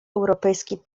europejskich